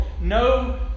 No